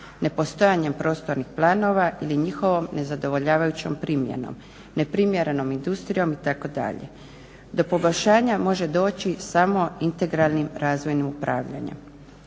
nepostojanjem prostornih planova ili njihovom nezadovoljavajućom primjenom, neprimjerenom industrijom itd. Do poboljšanja može doći samo integralnim razvojnim upravljanjem.